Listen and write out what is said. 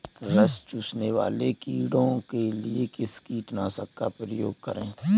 रस चूसने वाले कीड़े के लिए किस कीटनाशक का प्रयोग करें?